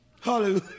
Hallelujah